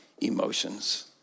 emotions